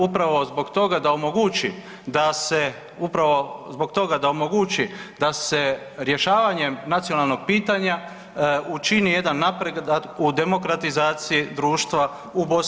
Upravo zbog toga da omogući da se, upravo zbog toga da omogući da se rješavanjem nacionalnog pitanja učini jedan napredak u demokratizaciji društva u BiH.